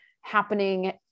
happening